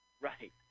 Right